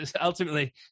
ultimately